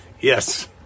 yes